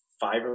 five